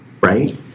Right